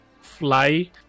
fly